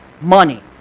money